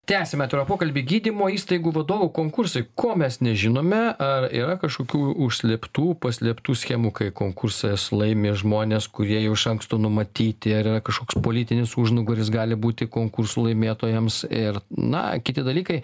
tęsiame pokalbį gydymo įstaigų vadovų konkursai ko mes nežinome ar yra kažkokių užslėptų paslėptų schemų kai konkursus laimi žmonės kurie jau iš anksto numatyti ar yra kažkoks politinis užnugaris gali būti konkursų laimėtojams ir na kiti dalykai